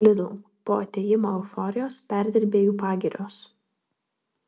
lidl po atėjimo euforijos perdirbėjų pagirios